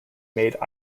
made